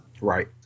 Right